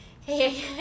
hey